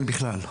אין בכלל.